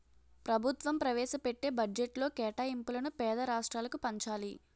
ప్రభుత్వం ప్రవేశపెట్టే బడ్జెట్లో కేటాయింపులను పేద రాష్ట్రాలకు పంచాలి